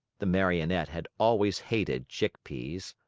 the marionette had always hated chick-peas.